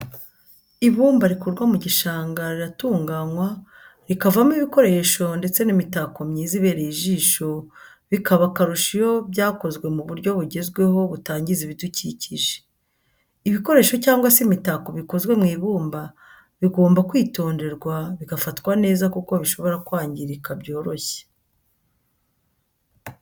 Ibumba rikurwa mu gishanga riratunganywa rikavamo ibikoresho ndetse n'imitako myiza ibereye ijisho bikaba akarusho iyo byakozwe mu buryo bugezweho butangiza ibidukikije. ibikoresho cyangwa se imitako bikozwe mu ibumba bigomba kwitonderwa bigafatwa neza kuko bishobora kwangirika byoroshye.